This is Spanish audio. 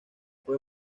fue